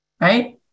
Right